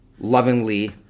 lovingly